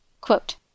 Quote